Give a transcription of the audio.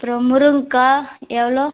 அப்புறம் முருங்கக்கா எவ்வளோ